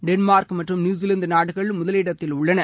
Denmark மற்றும் New Zealand நாடுகள் முதலிடத்தில் உள்ளன